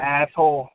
asshole